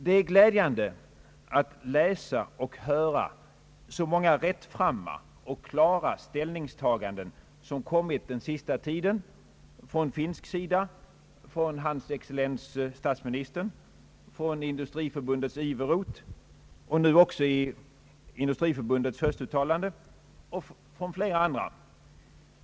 Det är glädjande att läsa och höra så många rättframma och klara ställningstaganden, som har framkommit den sista tiden — från finsk sida, från hans excellens statsministern, från Industriförbundets herr Iveroth samt nu även i Industriförbundets höstuttalande och från flera andra.